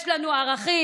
יש לנו ערכים,